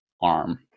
arm